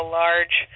large